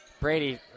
Brady